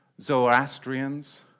Zoroastrians